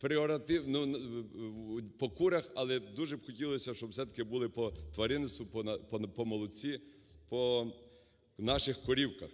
прерогатив по курях, але б дуже б хотілося, щоб все-таки були по тваринництву, по молоку, по наших корівках.